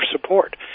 support